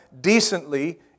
decently